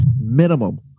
minimum